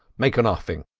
make an offing.